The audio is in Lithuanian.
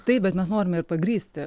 taip bet mes norime ir pagrįsti